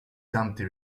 dumpty